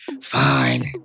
fine